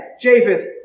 Japheth